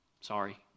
Sorry